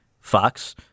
Fox